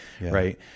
Right